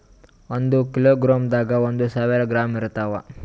ಒಂದ್ ಕಿಲೋಗ್ರಾಂದಾಗ ಒಂದು ಸಾವಿರ ಗ್ರಾಂ ಇರತಾವ